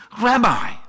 Rabbi